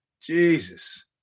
Jesus